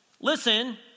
Listen